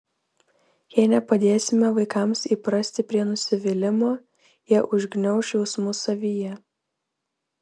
jei nepadėsime vaikams įprasti prie nusivylimo jie užgniauš jausmus savyje